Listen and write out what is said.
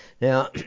Now